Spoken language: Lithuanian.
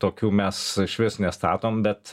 tokių mes išvis nestatom bet